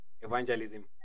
evangelism